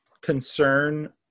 concern